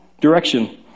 direction